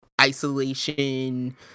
isolation